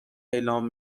اعلام